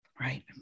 right